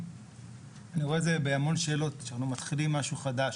אני רואה את זה בהמון שאלות כשאנחנו מתחילים משהו חדש,